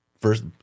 First